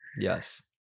Yes